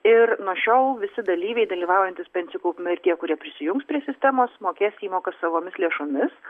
ir nuo šiol visi dalyviai dalyvaujantys pensijų kaupime ir tie kurie prisijungs prie sistemos mokės įmokas savomis lėšomis